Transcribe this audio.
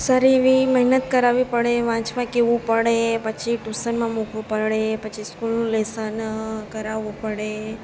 સારી એવી મહેનત કરાવવી પડે વાંચવા કહેવું પડે પછી ટુસનમાં મૂકવું પડે પછી સ્કૂલનું લેશન કરાવવું પડે